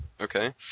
Okay